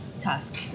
task